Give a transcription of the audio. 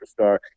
superstar